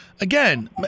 again